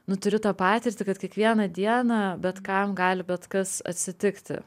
nu turiu tą patirtį kad kiekvieną dieną bet kam gali bet kas atsitikti